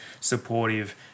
supportive